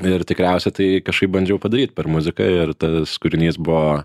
ir tikriausia tai kažkaip bandžiau padaryt per muziką ir tas kūrinys buvo